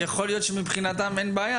יכול להיות שמבחינתם אין בעיה,